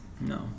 No